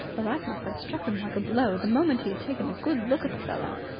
the likeness had struck him like a blow the moment he had taken a good look at the fellow.